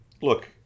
look